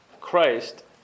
Christ